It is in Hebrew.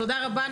תודה רבה.